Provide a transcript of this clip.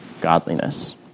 godliness